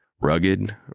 Rugged